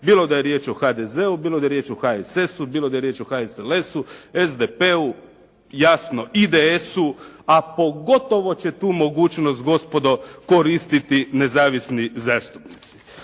Bilo da je riječ o HDZ-u, bilo da je riječ o HSS-u, bilo da je riječ o HSLS-u, SDP-u, jasno IDS-u, a pogotovo će tu mogućnost gospodo koristiti nezavisni zastupnici.